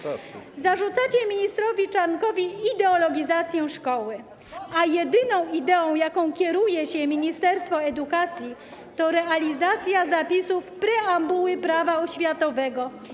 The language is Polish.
Zarzucacie ministrowi Czarnkowi ideologizację szkoły, a jedyna idea, jaką kieruje się ministerstwo edukacji, to realizacja zapisów preambuły Prawa oświatowego.